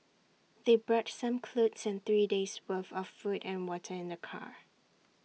they brought some clothes and three days' worth of food and water in the car